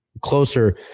closer